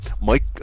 Mike